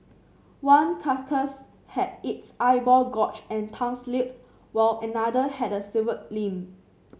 one carcass had its eyeball gorged and tongue slit while another had a severed limb